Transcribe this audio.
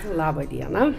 laba diena